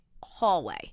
hallway